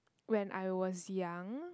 when I was young